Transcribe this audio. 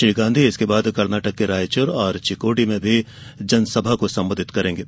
श्री गांधी इसके बाद कर्नाटक के रायचुर और चिकोडी में भी जनसभा को संबोधित करेंगे